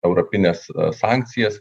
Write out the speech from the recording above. europines sankcijas